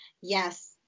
Yes